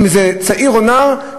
אם צעיר או נער,